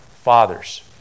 Fathers